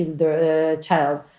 the child,